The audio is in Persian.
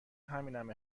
همینم